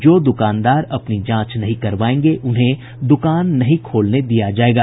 जो द्रकानदार अपनी जांच नहीं करवायेंगे उन्हें दुकान नहीं खोलने दिया जायेगा